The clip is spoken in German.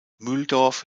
mühldorf